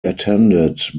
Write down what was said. attended